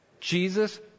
Jesus